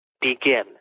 begin